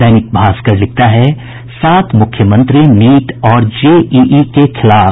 दैनिक भास्कर लिखता है सात मुख्यमंत्री नीट और जेईई के खिलाफ